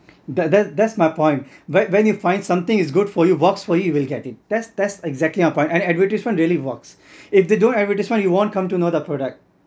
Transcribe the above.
that that that's my point when when you find something is good for you works for you you will get it that's exactly my point and advertisement really works if they don't have advertisement you won't come to know the product